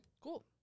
Cool